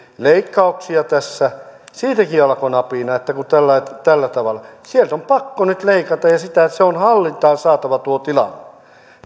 leikkauksia tässä siitäkin alkoi napina että kun tällä tavalla sieltä on pakko nyt leikata ja se on hallintaan saatava tuo tilanne